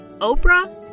Oprah